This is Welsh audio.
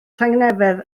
tangnefedd